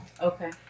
Okay